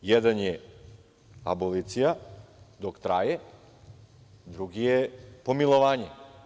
Jedan je abolicija, dok traje, drugi je pomilovanje.